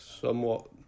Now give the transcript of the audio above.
somewhat